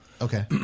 Okay